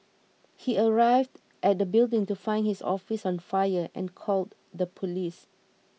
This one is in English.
he arrived at the building to find his office on fire and called the police